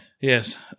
Yes